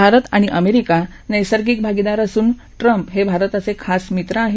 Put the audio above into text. आरत आणि अमेरिका नैसर्गिक भागीदार असून ट्रम्प हे भारताचे खास मित्र आहेत